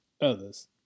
others